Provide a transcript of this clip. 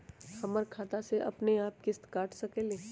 हमर खाता से अपनेआप किस्त काट सकेली?